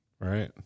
right